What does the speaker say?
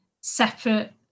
separate